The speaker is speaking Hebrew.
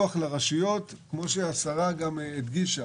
לרשויות, כמו שהשרה גם הדגישה.